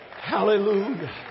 Hallelujah